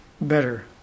better